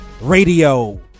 Radio